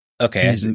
Okay